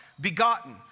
begotten